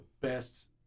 best